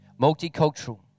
Multicultural